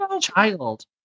child